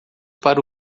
para